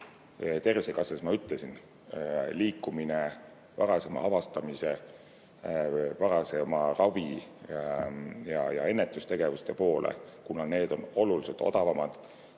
Tervisekassas, ma ütlesin, liikumine varasema avastamise, varasema ravi ja ennetustegevuste poole, kuna need on oluliselt odavamad.